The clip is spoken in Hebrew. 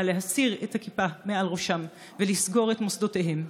להסיר את הכיפה מעל ראשם ולסגור את מוסדותיהם.